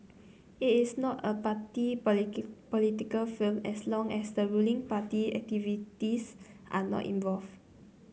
it is not a party political film as long as the ruling party activists are not involved